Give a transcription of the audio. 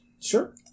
sure